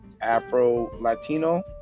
Afro-Latino